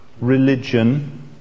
religion